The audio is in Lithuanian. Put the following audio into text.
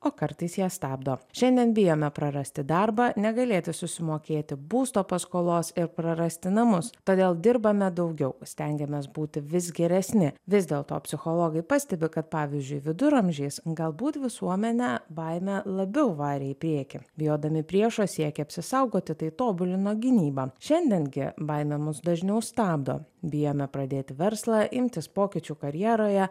o kartais ją stabdo šiandien bijome prarasti darbą negalėti susimokėti būsto paskolos ir prarasti namus todėl dirbame daugiau stengiamės būti vis geresni vis dėlto psichologai pastebi kad pavyzdžiui viduramžiais galbūt visuomenę baimė labiau varė į priekį bijodami priešo siekia apsisaugoti tai tobulino gynyba šiandien gi baimė mus dažniau stabdo bijome pradėti verslą imtis pokyčių karjeroje